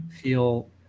feel